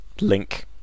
link